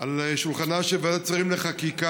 על שולחנה של ועדת שרים לחקיקה,